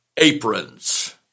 aprons